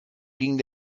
ging